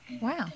Wow